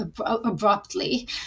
abruptly